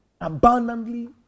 abundantly